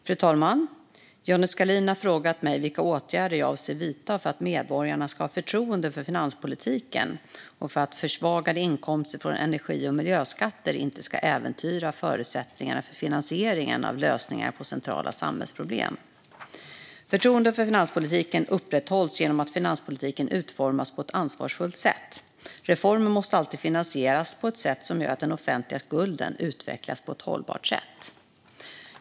Fru talman! Johnny Skalin har frågat mig vilka åtgärder jag avser att vidta för att medborgarna ska ha förtroende för finanspolitiken och för att försvagade inkomster från energi och miljöskatter inte ska äventyra förutsättningarna för finansieringen av lösningar på centrala samhällsproblem. Förtroendet för finanspolitiken upprätthålls genom att finanspolitiken utformas på ett ansvarsfullt sätt. Reformer måste alltid finansieras så att den offentliga skulden utvecklas på ett hållbart sätt.